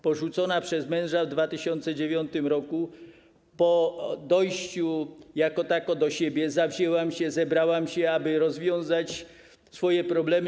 Porzucona przez męża w 2009 r., po dojściu jako tako do siebie zawzięłam się, zebrałam się, aby rozwiązać swoje problemy.